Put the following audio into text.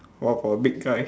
!wow! for a big guy